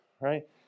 right